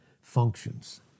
functions